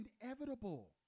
inevitable